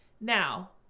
Now